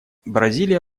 бразилия